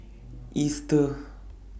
Easter